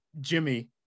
Jimmy